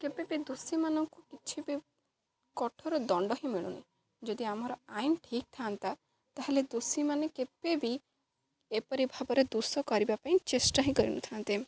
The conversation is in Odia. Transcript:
କେବେ ବି ଦୋଷୀମାନଙ୍କୁ କିଛି ବି କଠୋର ଦଣ୍ଡ ହିଁ ମିଳୁନି ଯଦି ଆମର ଆଇନ୍ ଠିକ୍ ଥାଆନ୍ତା ତାହେଲେ ଦୋଷୀମାନେ କେବେ ବିି ଏପରି ଭାବରେ ଦୋଷ କରିବା ପାଇଁ ଚେଷ୍ଟା ହିଁ କରିନଥାନ୍ତେ